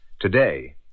Today